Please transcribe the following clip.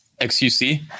XUC